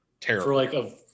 Terrible